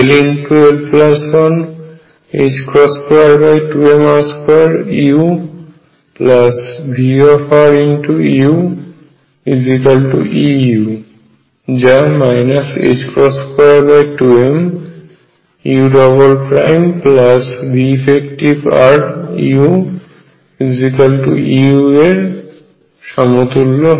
যা 22muveffruEu এর সমতুল্য